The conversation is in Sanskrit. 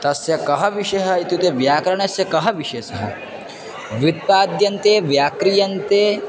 तस्य कः विषयः इत्युक्ते व्याकरणस्य कः विशेषः व्युत्पाद्यन्ते व्याक्रियन्ते